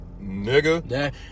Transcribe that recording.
nigga